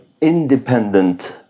independent